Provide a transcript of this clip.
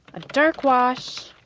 a dark wash,